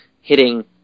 hitting